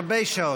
הרבה שעות.